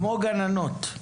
כמו גננות,